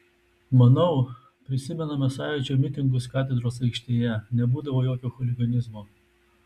manau prisimename sąjūdžio mitingus katedros aikštėje nebūdavo jokio chuliganizmo